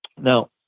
Now